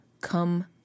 come